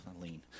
lean